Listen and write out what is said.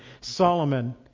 Solomon